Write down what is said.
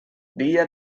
dia